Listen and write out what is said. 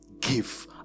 give